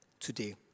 Today